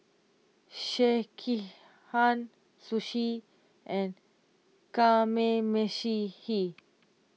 Sekihan Sushi and Kamameshi